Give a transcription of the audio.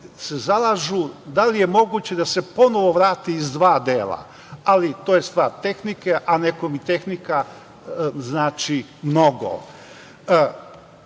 se zalažu da li je moguće da se ponovo vrati iz dva dela, ali to je stvar tehnike, a nekom i tehnika znači mnogo. Dalje,